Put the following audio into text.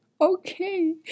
okay